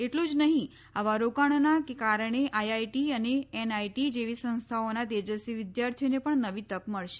એટલું જ નહીં આવા રોકાણોના કારણે આઈઆઈટી અને એનઆઈટી જેવી સંસ્થાઓના તેજસ્વી વિદ્યાર્થીઓને પણ નવી તક મળશે